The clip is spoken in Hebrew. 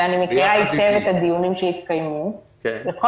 ואני מכירה היטב את הדיונים שהתקיימו -- ביחד איתי.